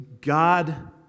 God